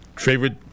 Favorite